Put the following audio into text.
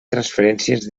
transferències